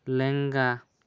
ᱞᱮᱝᱜᱟ